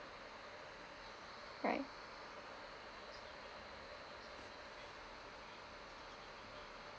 right